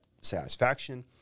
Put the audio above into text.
satisfaction